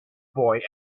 boy